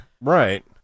Right